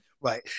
Right